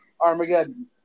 Armageddon